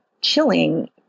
chilling